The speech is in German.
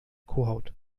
kuhhaut